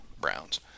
Browns